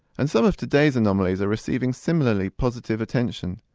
and some of today's anomalies are receiving similarly positive attention.